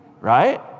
right